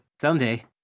Someday